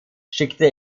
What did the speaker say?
schickte